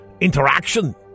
interaction